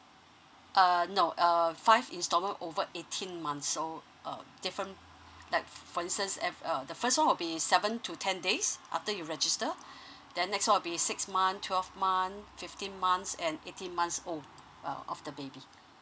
err no err five instalment over eighteen months so uh different like for instance I've the first one will be seven to ten days after you register the next will be six month twelve month fifteen months and eighteen months old uh of the baby